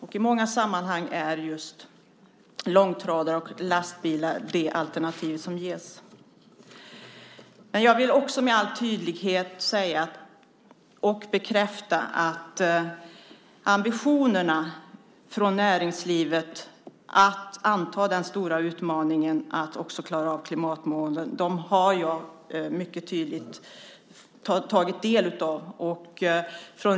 I många sammanhang är just långtradare och lastbilar de alternativ som finns. Jag vill också med all tydlighet bekräfta att jag har tagit del av näringslivets ambitioner att anta den stora utmaningen att klara av klimatmålen.